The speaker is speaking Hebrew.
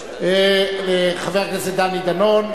חבר הכנסת דני דנון,